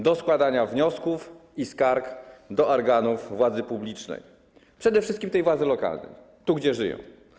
Do składania wniosków i skarg do organów władzy publicznej, przede wszystkim tej władzy lokalnej, tu, gdzie żyją.